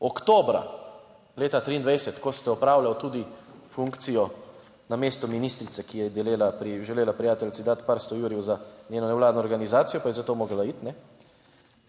Oktobra leta 2023, ko ste opravljali tudi funkcijo namesto ministrice, ki je delela, želela prijateljici dati par sto jurjev za njeno nevladno organizacijo pa je zato morala iti,